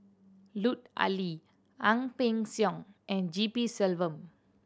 Lut Ali Ang Peng Siong and G P Selvam